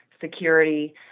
security